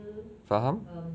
faham